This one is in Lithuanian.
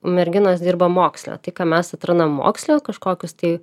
merginos dirba moksle tai ką mes atrandam moksle kažkokius tai